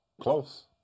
Close